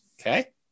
Okay